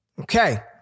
Okay